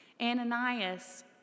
Ananias